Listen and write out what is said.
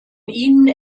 ihnen